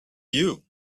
you